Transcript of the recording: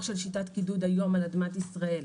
של שיטת הקידוד היום על אדמת ישראל.